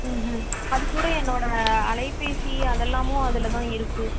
ம் ம் அதுக்கூட என்னோடய் அலைபேசி அதெல்லாமும் அதில்தான் இருக்குது